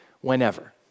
whenever